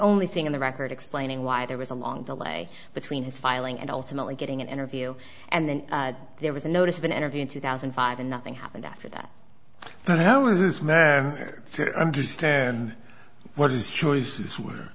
only thing on the record explaining why there was a long delay between his filing and ultimately getting an interview and then there was a notice of an interview in two thousand and five and nothing happened after that understand what his choices were